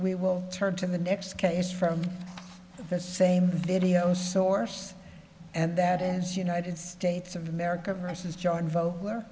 we will turn to the next case from that same video source and that is united states of america versus jordan vote where